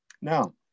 Now